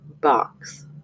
box